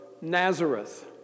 Nazareth